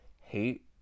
hate